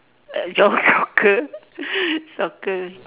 uh jog~ soccer soccer